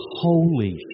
holy